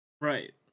right